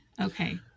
okay